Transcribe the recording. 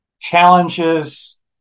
challenges